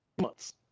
months